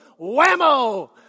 whammo